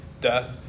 death